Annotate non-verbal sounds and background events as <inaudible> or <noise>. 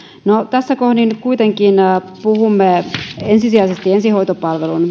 no tässä kohdin kuitenkin puhumme ensisijaisesti ensihoitopalvelun <unintelligible>